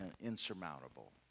insurmountable